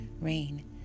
rain